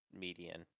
median